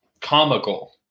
comical